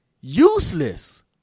useless